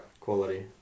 Quality